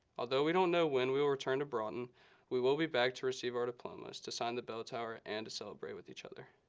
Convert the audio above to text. although we don't know when we will return to broughton we will be back to receive our diplomas, to sign the bell tower and to celebrate with each other.